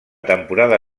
temporada